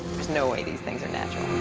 there's no way these things are natural.